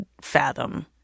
fathom